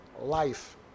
life